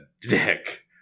dick